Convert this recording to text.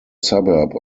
suburb